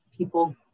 people